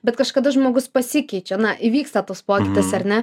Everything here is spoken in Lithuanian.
bet kažkada žmogus pasikeičia na įvyksta tas pokytis ar ne